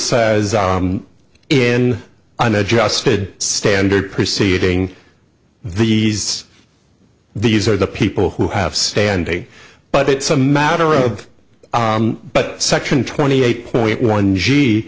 says in an adjusted standard proceeding these these are the people who have standing but it's a matter of but section twenty eight point one g